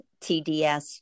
TDS